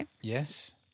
Yes